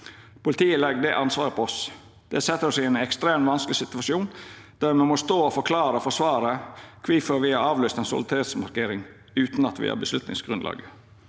Politiet legger det ansvaret på oss. Det setter oss i en ekstremt vanskelig situasjon der vi må stå og forklare og forsvare hvorfor vi har avlyst en solidaritetsmarkering, uten at vi har beslutningsgrunnlaget.»